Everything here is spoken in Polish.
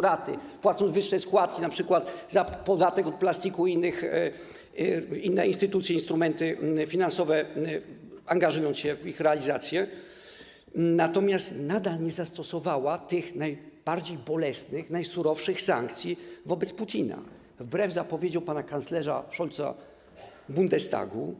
raty już spłacają, płacąc wyższe składki np. za podatek od plastiku - i inne instytucje, instrumenty finansowe angażują się w ich realizację - natomiast nadal nie zastosowała tych najbardziej bolesnych, najsurowszych sankcji wobec Putina, wbrew zapowiedziom pana kanclerza Scholza w Bundestagu.